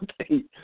okay